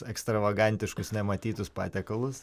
ekstravagantiškus nematytus patiekalus